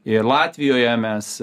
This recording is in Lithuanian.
ir latvijoje mes